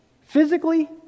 Physically